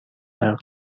برق